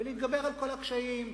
ולהתגבר על כל הקשיים.